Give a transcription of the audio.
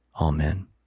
Amen